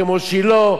כמו שילה,